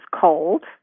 cold